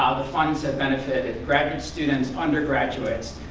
ah the funds have benefitted graduate students, undergraduates,